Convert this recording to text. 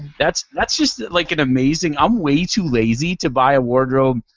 that's that's just like an amazing i'm way too lazy to buy a wardrobe.